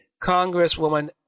Congresswoman